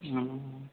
हँ